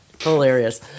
hilarious